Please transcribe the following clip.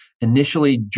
Initially